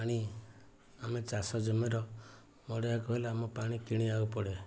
ପାଣି ଆମେ ଚାଷ ଜମିର ମଡ଼ାଇବାକୁ ହେଲେ ଆମ ପାଣି କିଣିବାକୁ ପଡ଼େ